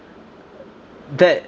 that